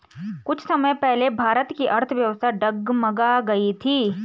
कुछ समय पहले भारत की अर्थव्यवस्था डगमगा गयी थी